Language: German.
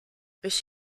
ich